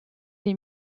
des